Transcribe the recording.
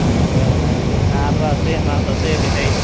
ধুনীয়াকৈ বনাই মেলি হাঁহতো আছেই মাছ আছেই ফিছাৰীত